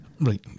Right